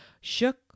shook